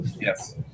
Yes